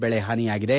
ಬೆಳೆ ಹಾನಿಯಾಗಿದೆ